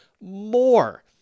more